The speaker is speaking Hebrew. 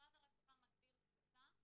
משרד הרווחה מגדיר תפוסה פחות,